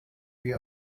wie